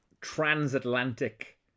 transatlantic